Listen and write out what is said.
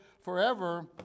forever